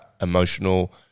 emotional